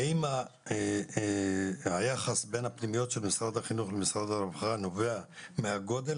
האם היחס בין הפנימיות של משרד החינוך למשרד הרווחה נובע מהגודל?